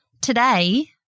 Today